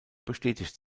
bestätigt